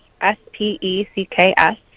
S-P-E-C-K-S